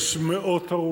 יש מאות הרוגים